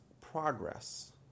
progress